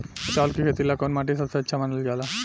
चावल के खेती ला कौन माटी सबसे अच्छा मानल जला?